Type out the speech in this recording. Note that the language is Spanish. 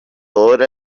hora